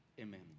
Amen